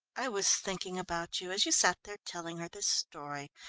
i was thinking about you, as you sat there telling her the story,